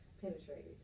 penetrated